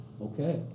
okay